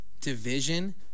division